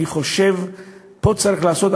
אני חושב שפה צריך לעשות,